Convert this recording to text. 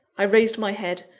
i raised my head,